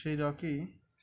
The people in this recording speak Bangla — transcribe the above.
সেই রকি